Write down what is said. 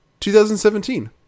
2017